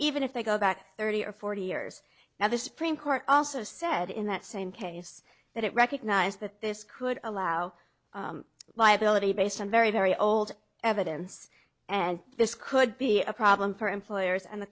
even if they go back thirty or forty years now the supreme court also said in that same case that it recognized that this could allow liability based on very very old evidence and this could be a problem for employers and the